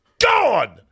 gone